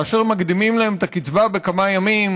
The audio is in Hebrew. כאשר מקדימים להם את הקצבה בכמה ימים